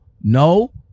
no